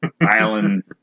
island